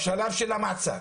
הוא בשלב של המעצר,